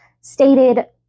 stated